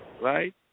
right